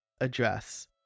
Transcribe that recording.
address